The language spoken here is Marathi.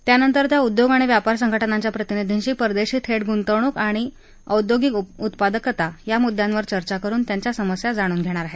त्यानंतर त्या उद्योग आणि व्यापार संघटनांच्या प्रतिनिधींशी परदेशी थेट गुंतवणूक आणि औद्योगिक उत्पादकता या मुद्दयांवर चर्चा करुन त्यांच्या समस्या जाणून घेणार आहेत